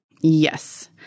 Yes